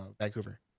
Vancouver